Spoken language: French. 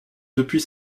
depuis